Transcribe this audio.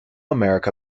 america